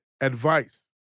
Advice